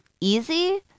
easy